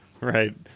Right